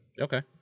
Okay